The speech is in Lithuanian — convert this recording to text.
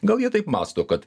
gal jie taip mąsto kad